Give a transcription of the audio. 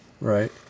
Right